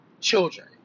children